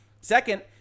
Second